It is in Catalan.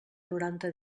noranta